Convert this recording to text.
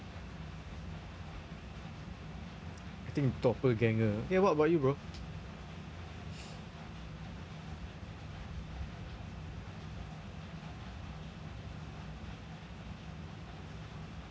I think doppleganger eh what about you bro